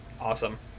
awesome